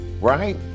right